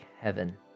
heaven